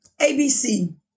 ABC